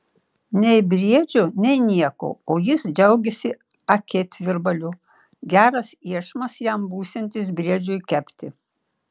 nei briedžio nei nieko o jis džiaugiasi akėtvirbaliu geras iešmas jam būsiantis briedžiui kepti